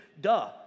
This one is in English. duh